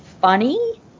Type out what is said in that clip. funny